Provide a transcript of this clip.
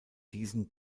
diesen